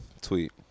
tweet